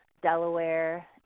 Delaware